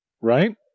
right